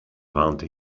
warnte